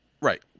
Right